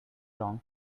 wrong